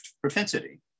propensity